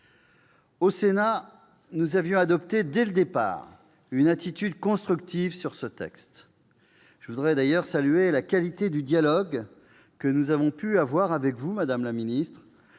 Au Sénat, nous avions adopté dès le départ une attitude constructive à propos de ce texte. Je veux d'ailleurs saluer la qualité du dialogue que nous avons pu avoir avec vous, madame la ministre,